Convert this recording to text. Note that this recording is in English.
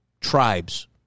tribes